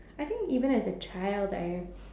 I think even as a child I